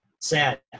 Sad